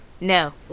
No